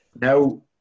Now